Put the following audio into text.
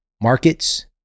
markets